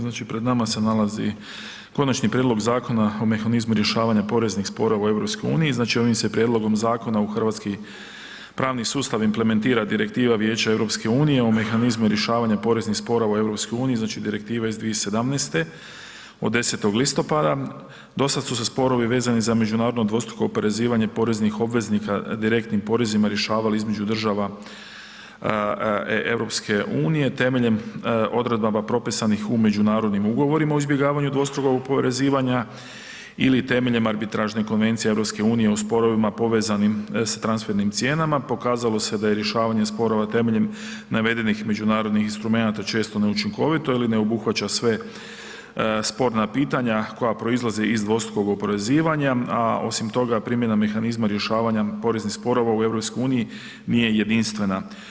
Znači pred nama se nalazi Konačni prijedlog Zakona o mehanizmu rješavanja poreznih sporova u EU-u, znači ovim se prijedlogom zakona u hrvatski pravni sustav implementira direktiva Vijeća EU-a o mehanizmu rješavanja poreznih sporova u EU-u, znači direktive iz 2017., od 10. listopada, do sad su se sporovi vezani za međunarodno dvostruko oporezivanje poreznih obveznika direktnim porezima rješavali između država EU-a temeljem odredaba propisanih u međunarodnim ugovorima o izbjegavanju dvostrukog oporezivanja ili temeljem arbitražne konvencije EU-a u sporovima povezanim sa transfernim cijenama, pokazalo se da je rješavanje sporova temeljem navedenih međunarodnih instrumenata često neučinkovito ili ne obuhvaća sva sporna pitanja koja proizlaze iz dvostrukog oporezivanja a osim toga, primjena mehanizma rješavanja poreznih sporova u EU-u nije jedinstvena.